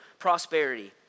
prosperity